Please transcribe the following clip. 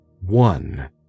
one